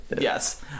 Yes